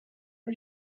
are